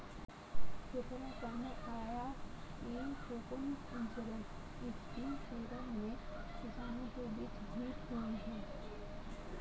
paper में पढ़ने आया कि कोकोनट इंश्योरेंस स्कीम केरल में किसानों के बीच हिट हुई है